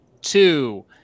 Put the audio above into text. two